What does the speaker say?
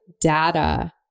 data